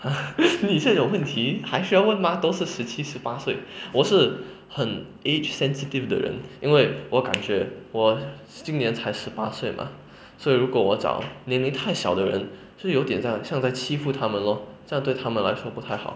!huh! 你现在的问题还需要问吗都是十七十八岁我是很 age sensitive 的人因为我感觉我今年才十八岁吗所以如果我找年龄太小的人是有一点像在欺负他们 lor 这样对他们来说不太好